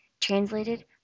Translated